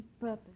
purpose